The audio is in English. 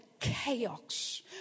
chaos